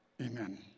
amen